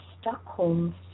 Stockholm